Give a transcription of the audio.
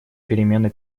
перемены